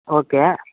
okay